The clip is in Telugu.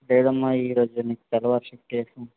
లేదమ్మా ఈ రోజు నీకు తెల్లవారి షిఫ్ట్ వేశాం